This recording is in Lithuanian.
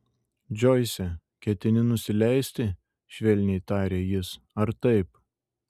džoise ketini nusileisti švelniai tarė jis ar taip